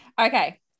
Okay